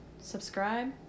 Subscribe